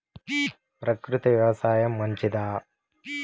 ప్రకృతి వ్యవసాయం మంచిదా?